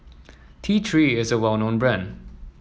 T Three is a well known brand